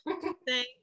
Thanks